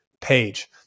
page